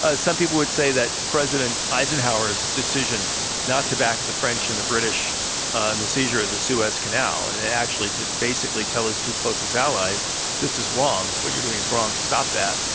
ah some people would say that president eisenhower's decision not to back the french and the british in and the seizure of the suez canal and actually to basically tell his two closest allies this is wrong, what you're doing is wrong, stop that,